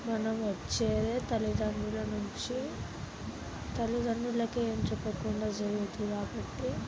మనం వచ్చేదే తల్లిదండ్రుల నుంచి తల్లిదండ్రులకు ఏం చెప్పకుండా చేయొద్దు కాబట్టి